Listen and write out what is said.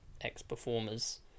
ex-performers